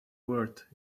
word